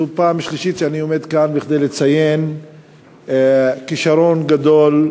זו הפעם השלישית שאני עומד כאן כדי לציין כישרון גדול,